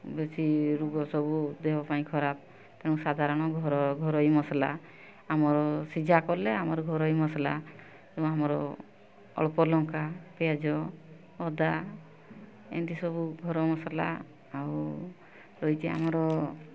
ବେଶୀ ରୋଗ ସବୁ ଦେହ ପାଇଁ ଖରାପ ତେଣୁ ସାଧାରଣ ଘର ଘରୋଇ ମସଲା ଆମର ସିଝା କଲେ ଆମର ଘରୋଇ ମସଲା ଏବଂ ଆମର ଅଳ୍ପ ଲଙ୍କା ପିଆଜ ଅଦା ଏମିତି ସବୁ ଘର ମସଲା ଆଉ ରହିଛି ଆମର